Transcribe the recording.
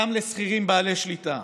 גם לשכירים בעלי השליטה,